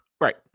Right